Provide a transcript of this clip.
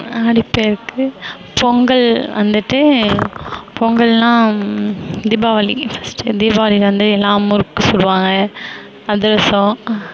ஆடிப்பெருக்கு பொங்கல் வந்துட்டு பொங்கல்னால் தீபாவளி ஃபர்ஸ்ட்டு வந்து தீபாவளி வந்து எல்லாம் முறுக்கு சுடுவாங்க அதிரசம்